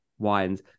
Wines